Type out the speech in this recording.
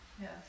Yes